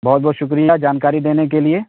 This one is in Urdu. بہت بہت شکریہ جانکاری دینے کے لیے